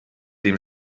dem